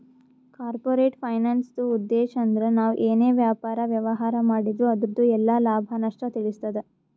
corporate ಫೈನಾನ್ಸ್ದುಉದ್ಧೇಶ್ ಅಂದ್ರ ನಾವ್ ಏನೇ ವ್ಯಾಪಾರ, ವ್ಯವಹಾರ್ ಮಾಡಿದ್ರು ಅದುರ್ದು ಎಲ್ಲಾ ಲಾಭ, ನಷ್ಟ ತಿಳಸ್ತಾದ